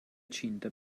cinta